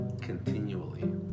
continually